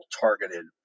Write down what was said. targeted